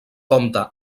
compta